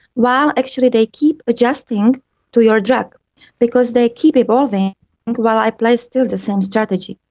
while actually they keep adjusting to your drug because they keep evolving while i play still the same strategy.